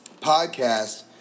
Podcast